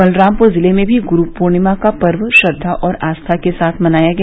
बलरामपुर जिले में भी गुरु पूर्णिमा का पर्व श्रद्वा और आस्था के साथ मनाया गया